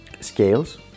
scales